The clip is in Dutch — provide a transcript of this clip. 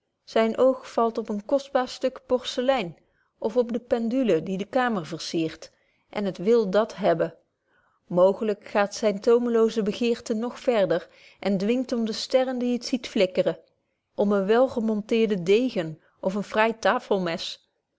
zyn oog valt op een kostbaar stuk porcelein of op de pendule die de kamer versiert en het wil dat hebben mooglyk gaat zyne toomloze begeerte nog verder en dwingt om de sterren die het ziet flikkeren ja misschien beeft het van drift om een welgemonteerden degen of een